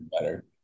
better